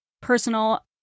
personal